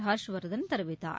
ஹர்ஷ்வர்தன் தெரிவித்தார்